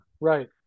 right